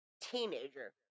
teenager